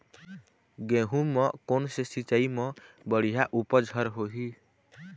गेहूं म कोन से सिचाई म बड़िया उपज हर होही?